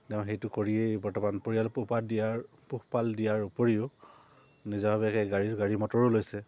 তেওঁ সেইটো কৰিয়েই বৰ্তমান পৰিয়াল পোহপাল দিয়াৰ পোহপাল দিয়াৰ উপৰিও নিজাবাবীয়াকৈ গাড়ীৰ গাড়ী মটৰো লৈছে